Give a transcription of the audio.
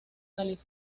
carolina